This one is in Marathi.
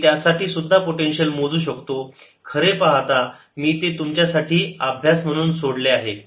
मी त्यासाठी सुद्धा पोटेन्शियल मोजू शकतो खरे पाहता मी ते तुमच्यासाठी अभ्यास म्हणून सोडत आहे